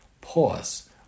Pause